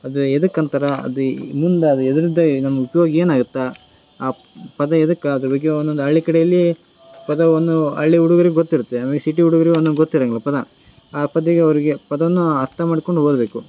ಅದು ಎದಕ್ಕೆ ಅಂತಾರ ಅದೀ ಎದ್ರದ್ದೆ ನಮ್ಗೆ ಉಪ್ಯೋಗ ಏನು ಆಗತ್ತೆ ಆ ಪದ ಎದಕ್ಕೆ ಅದ್ರ ಬಗ್ಗೆ ಒಂದೊಂದು ಹಳ್ಳಿ ಕಡೆಯಲ್ಲಿ ಪದವನ್ನು ಹಳ್ಳಿ ಹುಡುಗರಿಗ್ ಗೊತ್ತಿರುತ್ತೆ ನಮ್ಗೆ ಸಿಟಿ ಹುಡುಗ್ರಿಗ್ ಒಂದೊಂದು ಗೊತ್ತಿರಂಗಿಲ್ಲ ಪದ ಆ ಪದ ಈಗ ಅವರಿಗೆ ಪದವನ್ನು ಅರ್ಥ ಮಾಡ್ಕೊಂಡು ಓದಬೇಕು